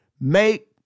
make